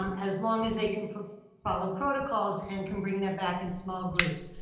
as long as they can follow protocols and can bring that back in small groups.